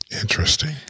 Interesting